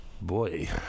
Boy